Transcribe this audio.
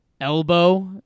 elbow